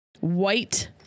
White